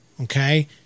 Okay